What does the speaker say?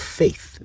faith